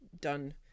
done